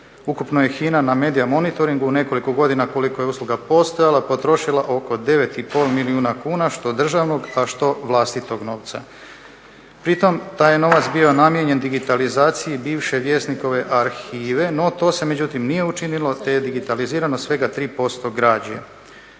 Ukupno je HINA na media monitoring u nekoliko godina koliko je usluga postojala potrošila oko 9,5 milijuna kuna što državnog a što vlastitog novca. Pri tome taj je novac bio namijenjen digitalizaciji bivše Vjesnikove arhive no to se međutim nije učinilo te je digitalizirano svega 3% građe.